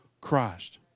Christ